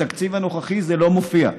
אבל בתקציב הנוכחי זה לא מופיע,